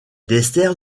dessert